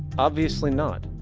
obviously not.